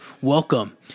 welcome